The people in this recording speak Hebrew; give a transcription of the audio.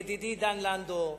ידידי דן לנדאו,